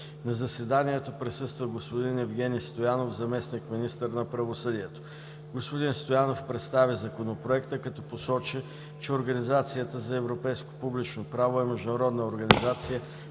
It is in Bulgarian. На заседанието присъства господин Евгени Стоянов – заместник-министър на правосъдието. Господин Стоянов представи Законопроекта като посочи, че Организацията за европейско публично право е международна организация,